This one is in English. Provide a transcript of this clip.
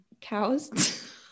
cows